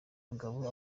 mugabo